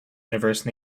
universe